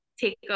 take